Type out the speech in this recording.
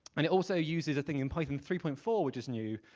and it also uses a thing in python three point four which is new,